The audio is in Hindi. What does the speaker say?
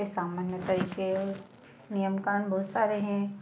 के सामान्य तरीके नियम काम बहुत सारे हैं